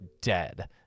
dead